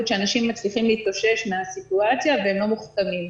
שאנשים מצליחים להתאושש מהסיטואציה והם לא מוחתמים.